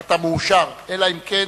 אתה מאושר, אלא אם כן